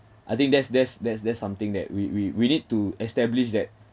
I think there's there's there's there's something that we we we need to establish that